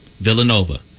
Villanova